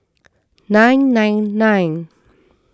nine nine nine